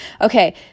okay